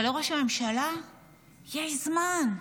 אבל לראש הממשלה יש זמן.